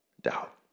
doubt